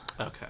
Okay